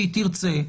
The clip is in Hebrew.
כשהיא תרצה,